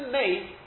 made